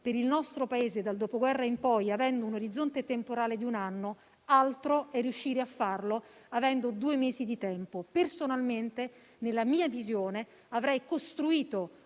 per il nostro Paese dal dopoguerra in poi, avendo un orizzonte temporale di un anno, e un altro conto è riuscire a farlo avendo due mesi di tempo. Personalmente, nella mia visione avrei costruito